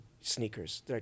sneakers